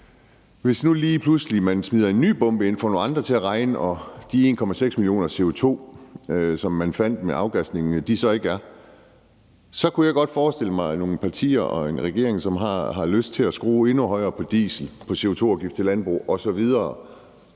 hvis man lige pludselig smider en ny bombe ind og får nogle andre til at regne, og de 1,6 mio. t CO2, som man fandt ved afgasningen, så ikke er der, så kunne jeg godt forestille mig nogle partier og en regering, som har lyst til at skrue endnu højere på dieselafgift, på CO2-afgift til landbrug osv.,